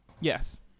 yes